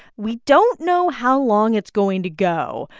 we don't know how long it's going to go,